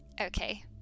Okay